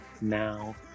now